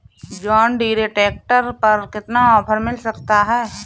John Deere tractor पर कितना offer मिल सकता है?